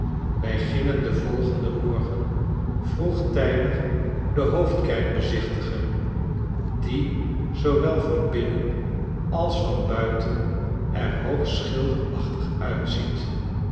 wij gingen den volgenden morgen vroegtijdig de hoofdkerk bezichtigen die zoowel van binnen als van buiten er hoogst schilderachtig uitziet